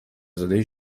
زاده